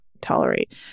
tolerate